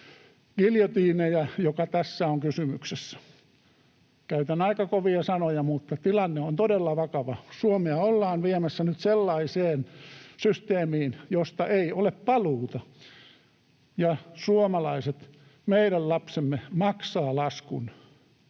giljotiineja, jollainen tässä on kysymyksessä. Käytän aika kovia sanoja, mutta tilanne on todella vakava. Suomea ollaan viemässä nyt sellaiseen systeemiin, josta ei ole paluuta, ja suomalaiset, meidän lapsemme, maksavat laskun.